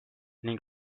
ning